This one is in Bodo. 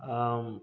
आं